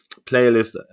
playlist